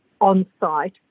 on-site